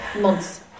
months